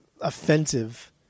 offensive